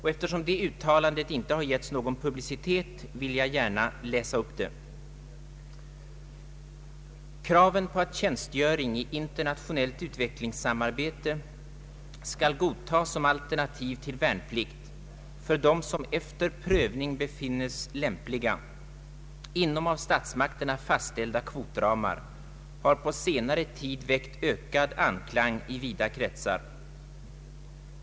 Eftersom det uttalandet inte har givits någon publicitet vill jag gärna läsa upp det: ”Kraven på att tjänstgöring i internationellt utvecklingssamarbete skall godtas som alternativ till värnplikt — för dem som efter prövning befinnes lämpliga, inom av statsmakterna fastställda kvotramar — har på senare tid väckt ökad anklang i vida kretsar.